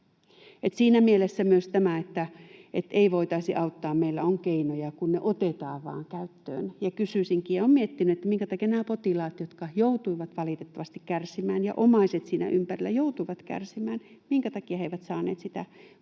Siinä mielessä myös tähän, että ei voitaisi auttaa: meillä on keinoja, kun ne vaan otetaan käyttöön. Ja kysyisinkin ja olen miettinyt, minkä takia nämä potilaat, jotka joutuvat valitettavasti kärsimään — ja omaiset siinä ympärillä joutuvat kärsimään — eivät saaneet sitä